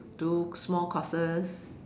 do small classes